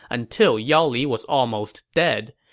until yao li was almost dead.